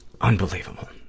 Unbelievable